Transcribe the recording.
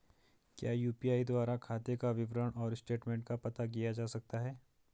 क्या यु.पी.आई द्वारा खाते का विवरण और स्टेटमेंट का पता किया जा सकता है?